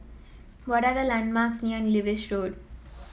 what are the landmarks near Lewis Road